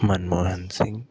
Manmohan Singh